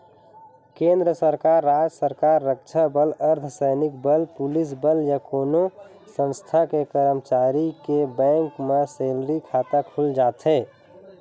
केंद्र सरकार, राज सरकार, रक्छा बल, अर्धसैनिक बल, पुलिस बल या कोनो संस्थान के करमचारी के बेंक म सेलरी खाता खुल जाथे